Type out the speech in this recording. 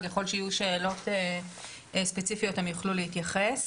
וככל שיהיו שאלות ספציפיות הם יוכלו להתייחס.